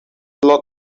lot